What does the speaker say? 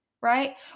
right